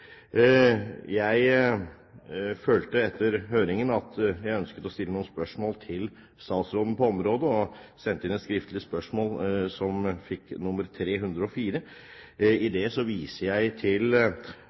Jeg følte etter høringen at jeg ønsket å stille noen spørsmål til statsråden på området. Jeg sendte derfor inn et skriftlig spørsmål, som fikk nr. 304. I